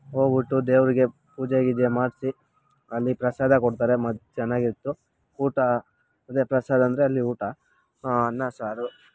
ಹೋಗ್ಬಿಟ್ಟು ದೇವರಿಗೆ ಪೂಜೆ ಗೀಜೆ ಮಾಡಿಸಿ ಅಲ್ಲಿ ಪ್ರಸಾದ ಕೊಡ್ತಾರೆ ಚೆನ್ನಾಗಿತ್ತು ಊಟ ಅದೇ ಪ್ರಸಾದ ಅಂದರೆ ಅಲ್ಲಿ ಊಟ ಅನ್ನ ಸಾರು